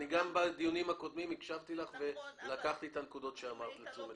אני גם בדיונים הקודמים הקשבתי לך ולקחתי את הנקודות שאמרת לתשומת לבי.